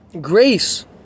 grace